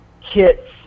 kits